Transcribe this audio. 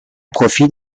profit